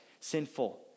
sinful